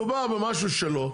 כשמדובר במשהו שלו,